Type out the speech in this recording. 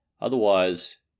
Otherwise